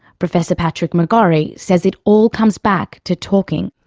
professor patrick mcgorry says it all comes back to talking.